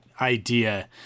idea